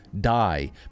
die